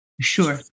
Sure